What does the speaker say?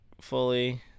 fully